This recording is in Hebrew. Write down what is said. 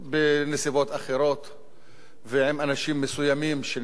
ועם אנשים מסוימים שנמצאים היום בכלא או שהם על סף